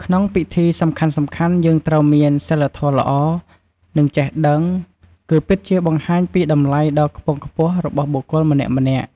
ក្នុងពិធីសំខាន់ៗយើងត្រូវមាន សីលធម៌ល្អ និង ចេះដឹង គឺពិតជាបង្ហាញពីតម្លៃដ៏ខ្ពង់ខ្ពស់របស់បុគ្គលម្នាក់ៗ។